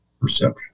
perception